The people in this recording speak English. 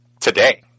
today